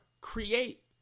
create